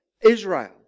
Israel